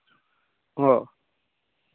ᱚ